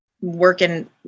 working